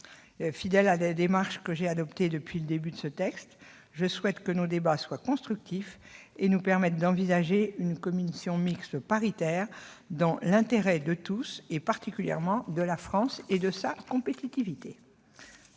Fidèle à la démarche que j'ai adoptée depuis le début sur ce texte, je souhaite que nos débats soient constructifs et nous permettent d'envisager une commission mixte paritaire dans l'intérêt de tous, en particulier celui de la France et de sa compétitivité.